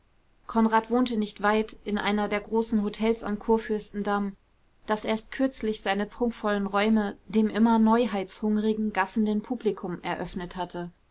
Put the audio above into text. konrad wohnte nicht weit in einem der großen hotels am kurfürstendamm das erst kürzlich seine prunkvollen räume dem immer neuheitshungrigen gaffenden publikum eröffnet hatte